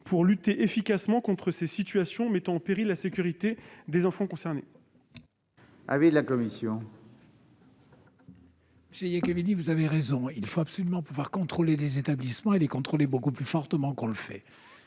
pour lutter efficacement contre ces situations mettant en péril la sécurité des enfants concernés. Quel est l'avis de la commission ? Monsieur Iacovelli, vous avez raison : il faut absolument contrôler les établissements beaucoup plus fortement que l'on ne le fait.